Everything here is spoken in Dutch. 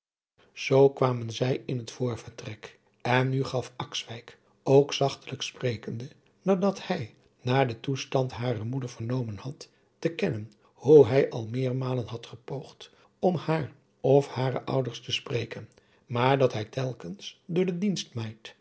zoo kwamen zij in het voorvertrek en nu gaf akswijk ook zachtelijk sprekende nadat hij naar den toestand harer moeder vernomen had te kennen hoe hij adriaan loosjes pzn het leven van hillegonda buisman al meermalen had gepoogd om haar of hare ouders te spreken maar dat hij telkens door de dienstmeid